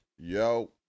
Yo